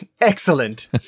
excellent